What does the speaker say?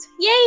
Yay